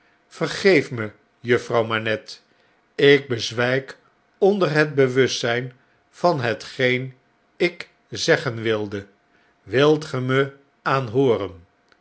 vergeef me juffrouw manette ik bezwijk onder het bewustzgn van hetgeen ik zeggen wilde wilt ge me aanhooren